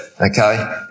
okay